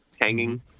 hanging